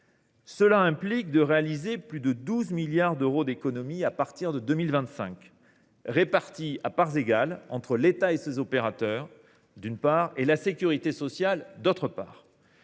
Cela implique de réaliser plus de 12 milliards d’euros d’économies à partir de 2025, réparties à parts égales entre l’État et ses opérateurs, d’une part, et la sécurité sociale, d’autre part.